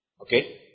Okay